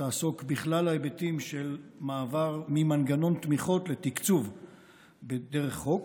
שתעסוק בכלל ההיבטים של מעבר ממנגנון תמיכות לתקצוב דרך חוק.